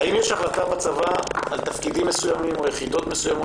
האם יש החלטה בצבא על תפקידים מסוימים או יחידות מסוימות